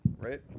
right